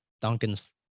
Duncan's